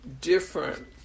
different